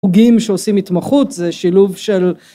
הוגים שעושים התמחות זה שילוב של